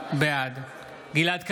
בעד גלעד קריב,